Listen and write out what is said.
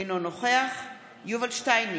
אינו נוכח יובל שטייניץ,